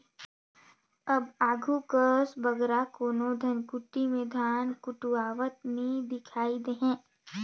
अब आघु कस बगरा कोनो धनकुट्टी में धान कुटवावत नी दिखई देहें